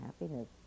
happiness